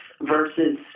versus